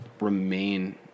remain